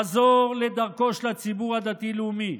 חזור לדרכו של הציבור הדתי-לאומי.